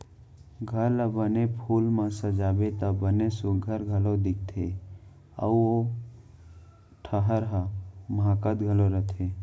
घर ला बने फूल म सजाबे त बने सुग्घर घलौ दिखथे अउ ओ ठहर ह माहकत घलौ रथे